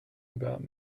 about